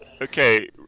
Okay